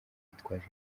yitwaje